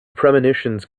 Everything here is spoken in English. premonitions